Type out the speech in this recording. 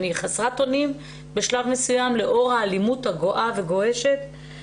אני חסרת אונים בשלב מסוים לאור האלימות הגואה והגועשת,